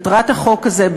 מטרת הצעת החוק הזאת,